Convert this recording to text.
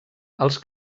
els